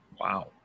Wow